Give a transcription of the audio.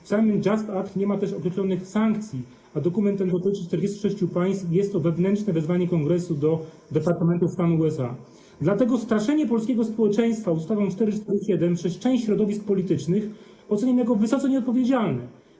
W samym JUST Act nie ma też określonych sankcji, a dokument ten dotyczy 46 państw i jest to wewnętrzne wezwanie Kongresu do Departamentu Stanu USA, dlatego straszenie polskiego społeczeństwa ustawą 447 przez część środowisk politycznych oceniam jako wysoce nieodpowiedzialne.